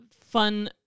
fun